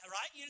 right